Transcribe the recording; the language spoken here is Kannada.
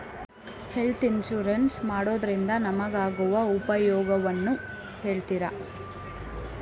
ಹೆಲ್ತ್ ಇನ್ಸೂರೆನ್ಸ್ ಮಾಡೋದ್ರಿಂದ ನಮಗಾಗುವ ಉಪಯೋಗವನ್ನು ಹೇಳ್ತೀರಾ?